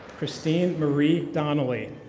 christine marie donnelly.